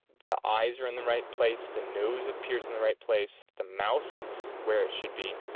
the eyes are in the right place, the nose appears in the right place, the mouth is where it should be,